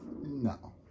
No